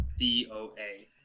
doa